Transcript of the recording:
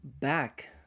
back